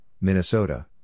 Minnesota